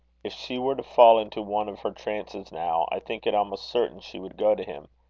if she were to fall into one of her trances, now, i think it almost certain she would go to him.